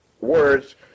words